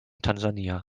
tansania